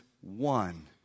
one